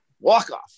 Walk-off